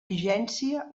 vigència